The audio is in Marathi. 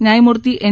न्यायामूर्ती एन